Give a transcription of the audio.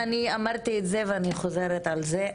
אמרתי את זה ואני חוזרת על זה.